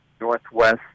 Northwest